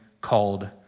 called